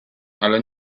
ale